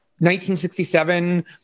1967